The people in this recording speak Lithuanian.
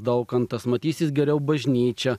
daukantas matysis geriau bažnyčia